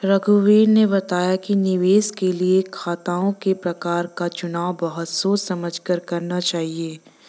रघुवीर ने बताया कि निवेश के लिए खातों के प्रकार का चुनाव बहुत सोच समझ कर करना चाहिए